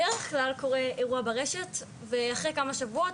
בדרך כלל קורה אירוע ברשת ואחרי כמה שבועות,